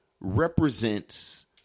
represents